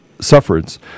sufferance